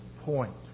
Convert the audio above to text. point